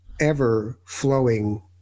ever-flowing